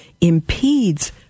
impedes